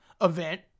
event